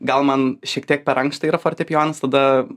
gal man šiek tiek per ankšta yra fortepijonas tada